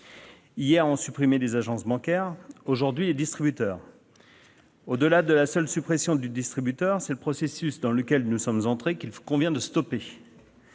Hier, on supprimait les agences bancaires ; aujourd'hui, les distributeurs. Au-delà de la seule suppression de ces distributeurs, c'est le processus dans lequel nous sommes entrés qu'il convient d'arrêter